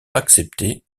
acceptée